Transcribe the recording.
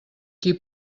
qui